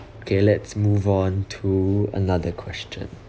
okay let's move on to another question